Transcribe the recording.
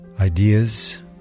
ideas